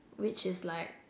which is like